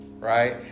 right